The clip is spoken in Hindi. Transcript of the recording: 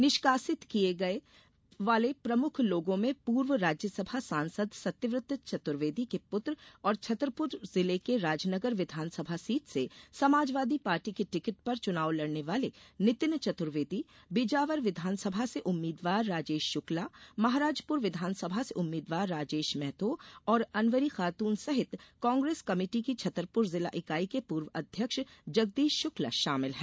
निष्कासित किए जाने वाले प्रमुख लोगों में पूर्व राज्यसभा सांसद सत्यव्रत चतुर्वेदी के पुत्र और छतरपुर जिले की राजनगर विधानसभा सीट से समाजवादी पार्टी के टिकट पर चुनाव लड़ने वाले नितिन चतुर्वेदी बिजावर विधानसभा से उम्मीदवार राजेश शुक्ला महाराजपुर विधानसभा से उम्मीदवार राजेश मेहतो और अनवरी खातून सहित कांग्रेस कमेटी की छतरपुर जिला इकाई के पूर्व अध्यक्ष जगदीश शुक्ला शामिल है